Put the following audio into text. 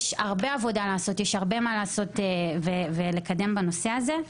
יש הרבה עבודה לעשות והרבה לקדם בנושא הזה.